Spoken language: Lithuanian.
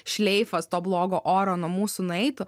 šleifas to blogo oro nuo mūsų nueitų